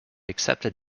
accepted